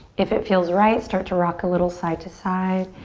if it feels right, start to rock a little side to side.